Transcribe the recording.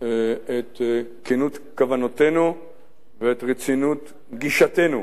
את כנות כוונותינו ואת רצינות גישתנו.